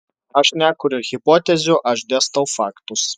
aš nekuriu hipotezių aš dėstau faktus